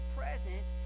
present